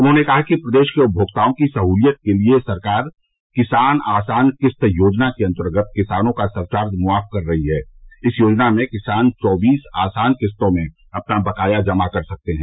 उन्होंने कहा कि प्रदेश के उपभोक्ताओं की सहलियत के लिए सरकार किसान आसान किस्त योजना के अन्तर्गत किसानों का सरचार्ज माफ कर रही है इस योजना में किसान चौबीस आसान किस्तों में अपना बकाया जमा कर सकते हैं